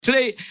Today